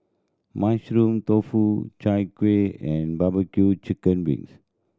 Mushroom Tofu Chai Kueh and barbecue chicken wings